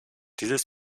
dieses